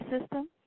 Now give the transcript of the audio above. system